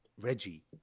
Reggie